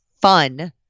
fun